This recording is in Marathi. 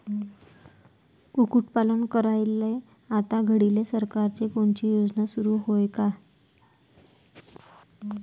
कुक्कुटपालन करायले आता घडीले सरकारची कोनची योजना सुरू हाये का?